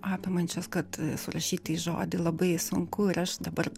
apimančios kad surašyti į žodį labai sunku ir aš dabar